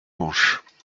manches